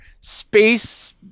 space